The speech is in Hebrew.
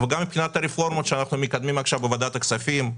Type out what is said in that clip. וגם מבחינת הרפורמות שאנחנו מקדמים עכשיו בוועדת הכספים,